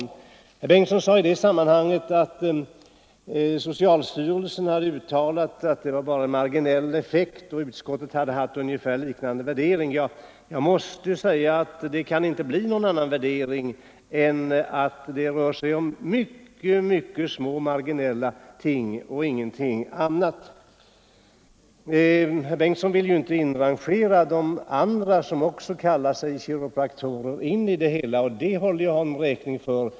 Herr Bengtsson sade i det sammanhanget att socialstyrelsen hade uttalat att deras verksamhet endast hade en marginell effekt och att utskottet hade haft en liknande värdering. Jag måste säga att det inte kan bli någon annan värdering än att det rör sig om mycket små marginella effekter och ingenting annat. Herr Bengtsson vill inte inrangera de andra, som också kallar sig kiropraktorer, i den benämningen, och det håller jag honom räkning för.